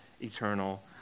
eternal